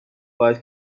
خواهد